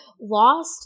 lost